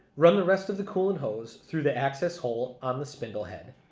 run the rest of the coolant hose through the access hole on the spindle head,